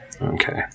Okay